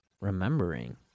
remembering